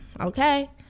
Okay